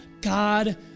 God